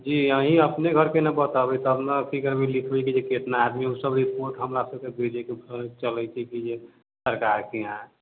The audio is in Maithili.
जी अहीं अपने घरके नहि बतेबै तब न फिगर मे लिखबै कि कितना आदमी ओसब रिपोर्ट हमरासबके भेजय के पड़ै छै सरकारके यहाँ